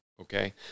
Okay